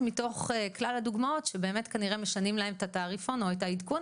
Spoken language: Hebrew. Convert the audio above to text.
מתוך כלל הדוגמאות שבאמת כנראה משנים להם את התעריפון או את העדכון